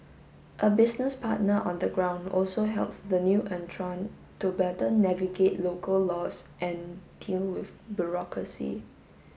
a business partner on the ground also helps the new entrant to better navigate local laws and deal with bureaucracy